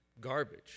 garbage